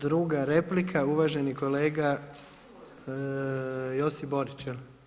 Druga replika je uvaženi kolega Josip Borić.